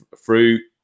fruit